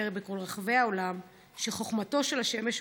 בכל רחבי העולם שחוכמתו של השמש מוגבלת.